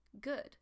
Good